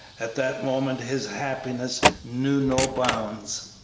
at that moment his happiness knew no bounds.